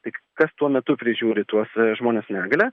tik kas tuo metu prižiūri tuos žmones su negalia